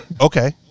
Okay